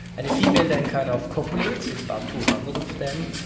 and female then kind of copulates with about two hundred of them.